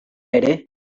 ere